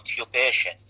occupation